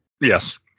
Yes